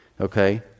Okay